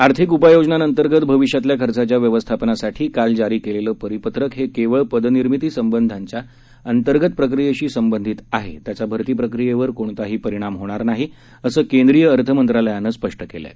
आर्थिक उपाययोजांअंतर्गत भविष्यातल्या खर्चाच्या व्यवस्थापनासाठी काल जारी केलेलं परिपत्रक हे केवळ पदनिर्मितीसंबंधीच्या अंतर्गत प्रक्रियेशी संबंधित आहे त्याचा भरती प्रक्रियेवर कोणताही परिणाम होणार नाही असं केंद्रीय अर्थमंत्रालयानं स्पष्ट केलं आहे